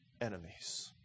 enemies